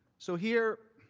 so here,